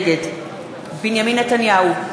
נגד בנימין נתניהו,